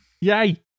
Yay